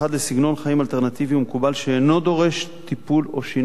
לסגנון חיים אלטרנטיבי ומקובל שאינו דורש טיפול או שינוי.